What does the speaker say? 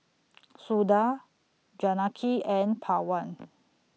Suda Janaki and Pawan